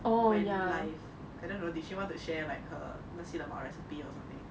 went live I don't know did she want to share like her nasi lemak recipe or something